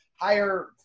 hire